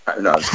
No